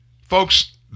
Folks